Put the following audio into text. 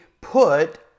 put